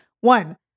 One